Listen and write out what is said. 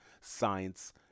science